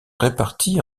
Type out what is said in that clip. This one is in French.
répartis